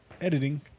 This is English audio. editing